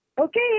Okay